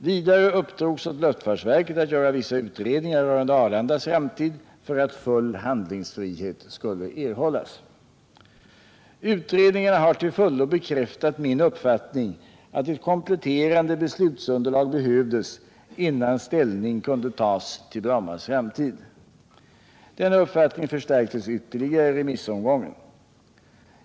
Vidare uppdrogs åt luftfartsverket att göra vissa utredningar rörande Arlandas framtid för att full handlingsfrihet skulle erhållas. Utredningarna har till fullo bekräftat min uppfattning att ett kompletterande beslutsunderlag behövdes innan ställning kunde tas till Brommas framtid. Denna uppfattning förstärktes ytterligare i remissomgången.